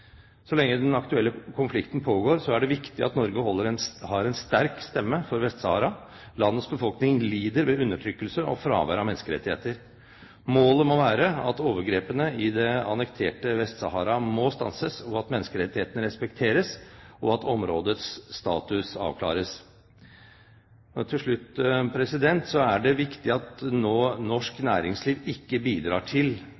Så lenge den aktuelle konflikten pågår, er det viktig at Norge har en sterk stemme for Vest-Sahara. Landets befolkning lider ved undertrykkelse og fravær av menneskerettigheter. Målet må være at overgrepene i det annekterte Vest-Sahara må stanses, at menneskerettighetene respekteres, og at områdets status avklares. Til slutt: Det er viktig at norsk næringsliv nå ikke bidrar til